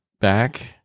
back